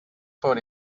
for